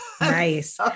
Nice